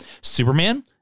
superman